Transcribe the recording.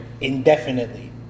indefinitely